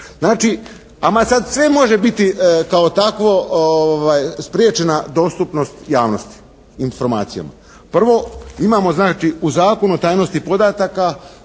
Znači, ama sad sve može biti kao takvo spriječena dostupnost javnosti i informacijama. Prvo, imamo znači u Zakonu o tajnosti podataka